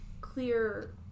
clear